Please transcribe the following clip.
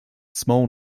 small